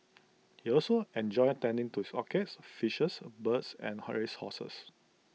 he also enjoyed tending to his orchids fishes birds and her race horses